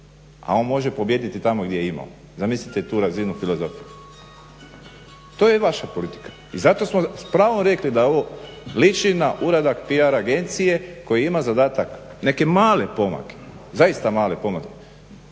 A on može pobijediti tamo gdje je imao. Zamislite tu razinu filozofije. To je i vaša politika. I zato smo s pravom rekli da ovo liči na uradak PR agencije koja ima zadatak neke male pomake, zaista male pomake